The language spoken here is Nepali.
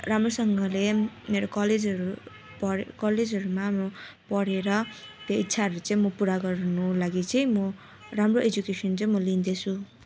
राम्रोसँगले मेरो कलेजहरू पढ कलेजहरूमा म पढेर त्यो इच्छाहरू चाहिँ मो पुरा गर्नु लागि चाहिँ म राम्रो एजुकेसन चाहिँ म लिँदैछु